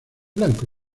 blanco